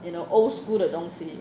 you know old school 的东西